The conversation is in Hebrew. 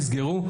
יסגרו,